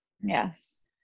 Yes